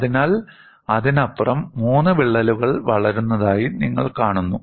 അതിനാൽ അതിനപ്പുറം മൂന്ന് വിള്ളലുകൾ വളരുന്നതായി നിങ്ങൾ കാണുന്നു